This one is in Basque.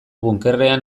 bunkerrean